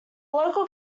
local